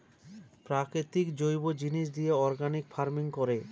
প্রাকৃতিক জৈব জিনিস দিয়ে অর্গানিক ফার্মিং করে